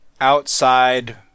outside